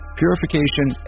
purification